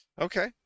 Okay